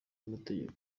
y’amategeko